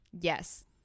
yes